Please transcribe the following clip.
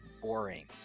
boring